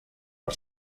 per